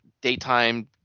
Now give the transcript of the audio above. daytime